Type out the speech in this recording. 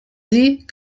sie